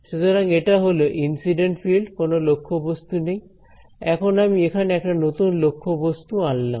সুতরাং এটা হল ইনসিডেন্ট ফিল্ড কোন লক্ষ্যবস্তু নেই এখন আমি এখানে একটা নতুন লক্ষ্যবস্তু আনলাম